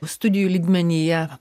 studijų lygmenyje